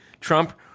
Trump